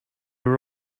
were